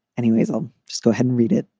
anyways, i'll go ahead and read it.